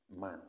man